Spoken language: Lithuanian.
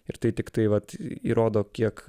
ir tai tiktai vat įrodo kiek